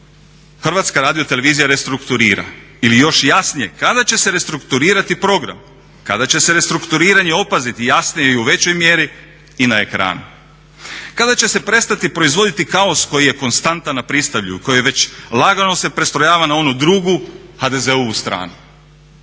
čemu se to HRT restrukturira ili još jasnije kada će se restrukturirati program, kada će se restrukturiranje opaziti jasnije i u većoj mjeri i na ekranu? Kada će se prestati proizvoditi kaos koji je konstantan na pristranu, koji je već lagano se prestrojava na onu drugu HDZ-ovu stranu?